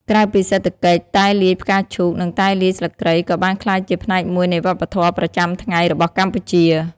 ក្រៅពីសេដ្ឋកិច្ច តែលាយផ្កាឈូកនិងតែលាយស្លឹកគ្រៃក៏បានក្លាយជាផ្នែកមួយនៃវប្បធម៌ប្រចាំថ្ងៃរបស់កម្ពុជា។